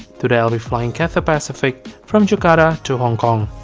today i'll be flying cathay pacific from jakarta to hong kong